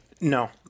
No